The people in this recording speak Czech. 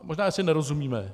Možná že si nerozumíme.